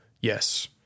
Yes